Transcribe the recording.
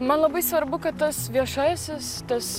man labai svarbu kad tas viešasis tas